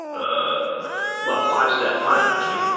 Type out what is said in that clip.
ah well, five step plan, actually,